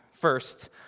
first